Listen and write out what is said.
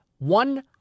One